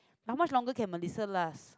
how much longer can Mellisa last